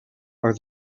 are